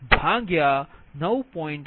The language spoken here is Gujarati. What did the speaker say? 2 j2